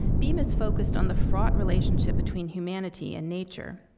bemis focused on the fraught relationship between humanity and nature.